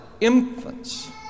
Infants